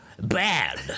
bad